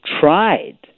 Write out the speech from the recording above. tried